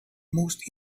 most